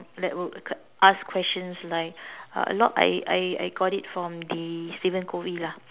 that would ask questions like uh a lot I I I got it from the Steven covey lah